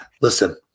Listen